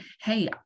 hey